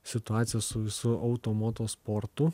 situacija su visu auto moto sportu